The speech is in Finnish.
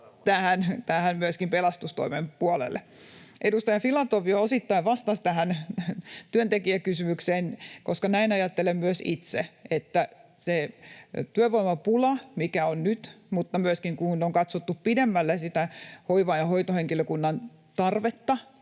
myöskin pelastustoimen puolelle. Edustaja Filatov jo osittain vastasi tähän työntekijäkysymykseen, koska näin ajattelen myös itse. Jos se työvoimapula, mikä on nyt ja myöskin kun on katsottu pidemmälle hoiva- ja hoitohenkilökunnan tarvetta,